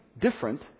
different